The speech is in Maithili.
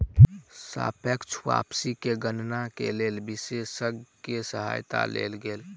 सापेक्ष वापसी के गणना के लेल विशेषज्ञ के सहायता लेल गेल